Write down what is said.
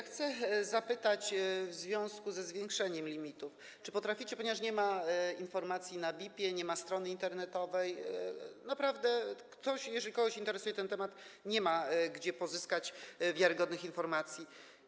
Chcę zapytać w związku ze zwiększeniem limitu, ponieważ nie ma informacji w BIP-ie, nie ma strony internetowej, naprawdę jeżeli kogoś interesuje ten temat, nie ma on gdzie pozyskać wiarygodnych informacji.